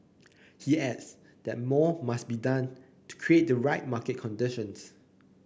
he adds that more must be done to create the right market conditions